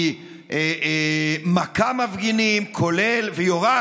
היא מכה מפגינים ויורה,